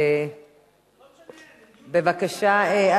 בבקשה,